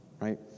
right